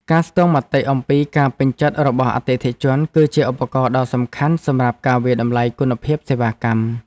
ការស្ទង់មតិអំពីការពេញចិត្តរបស់អតិថិជន គឺជាឧបករណ៍ដ៏សំខាន់សម្រាប់វាយតម្លៃគុណភាពសេវាកម្ម។